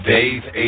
Dave